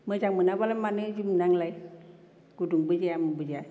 मोजां मोनाबालाय मानो जोमनो आंलाय गुदुंबो जाया मोनबो जाया